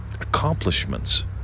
accomplishments